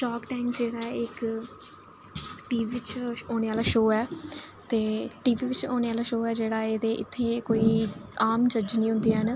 shark time जेह्ड़ा ऐ इक टीवी च औने आह्ला शो ऐ ते टीवी बिच औने आह्ला शो ऐ जेह्ड़ा एहदे इत्थै कोई आम जज्ज निं होंदे हैन